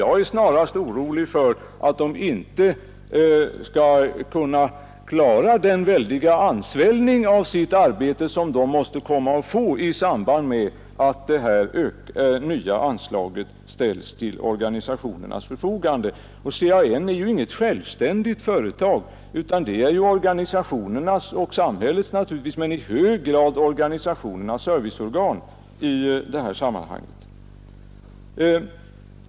Jag är snarare orolig för att förbundet inte skall kunna klara den väldiga ansvällning av sitt arbete som måste bli följden av att detta nya anslag ställs till organisationernas förfogande. CAN är ju inget självständigt företag, utan det är samhällets men framför allt organisationernas serviceorgan i detta sammanhang.